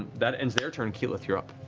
that ends their turn. keyleth, you're up.